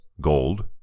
gold